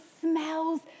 smells